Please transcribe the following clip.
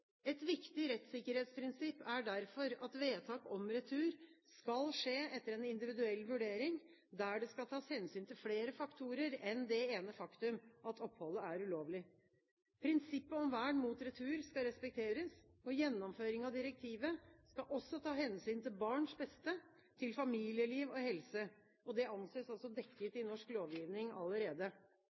Et viktig rettssikkerhetsprinsipp er derfor at vedtak om retur skal skje etter en individuell vurdering, der det skal tas hensyn til flere faktorer enn det ene faktum at oppholdet er ulovlig. Prinsippet om vern mot retur skal respekteres. Gjennomføring av direktivet skal også ta hensyn til barns beste, til familieliv og helse. Det anses dekket i norsk lovgivning allerede.